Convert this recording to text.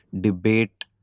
debate